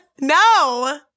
No